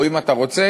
או אם אתה רוצה,